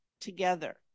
together